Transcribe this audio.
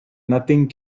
nothing